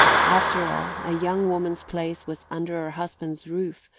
after all, a young woman's place was under her husband's roof,